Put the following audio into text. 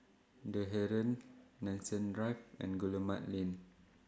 The Heeren Nanson Drive and Guillemard Lane